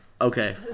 Okay